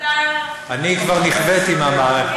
אני כבר נכוויתי מהמערכת.